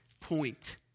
point